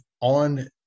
on